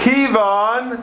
Kivan